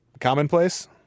commonplace